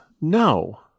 No